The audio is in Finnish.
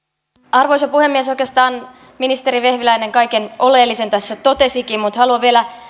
arvoisa puhemies oikeastaan ministeri vehviläinen kaiken oleellisen tässä totesikin mutta haluan vielä